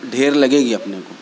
ڈھیر لگے گی اپنے کو